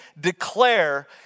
declare